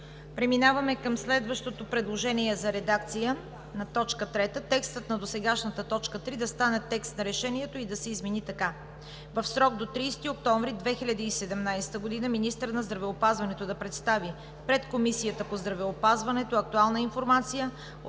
Преминаваме към следващото предложение за редакция на т. 3. Текстът на досегашната т. 3 да стане текст на Решението и да се измени така: „В срок до 30 октомври 2017 г. министърът на здравеопазването да представи пред Комисията по здравеопазването актуална информация